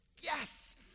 yes